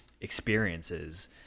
experiences